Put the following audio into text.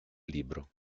libro